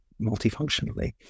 multifunctionally